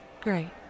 Great